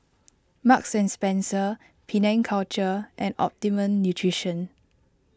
Marks and Spencer Penang Culture and Optimum Nutrition